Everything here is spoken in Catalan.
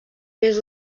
més